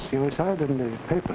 suicide of the newspaper